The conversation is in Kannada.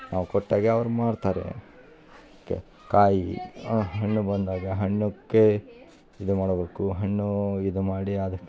ನಾವು ಕೊಟ್ಟಾಗೆ ಅವ್ರು ಮಾರ್ತಾರೆ ಕೆ ಕಾಯಿ ಹಣ್ಣು ಬಂದಾಗ ಹಣ್ಣುಕ್ಕೆ ಇದು ಮಾಡ್ಬೇಕು ಹಣ್ಣು ಇದು ಮಾಡಿ ಅದಕ್ಕೆ